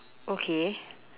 okay